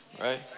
Right